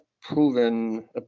proven